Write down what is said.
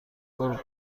کنم